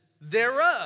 thereof